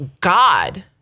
God